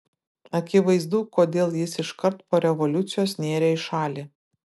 akivaizdu kodėl jis iškart po revoliucijos nėrė į šalį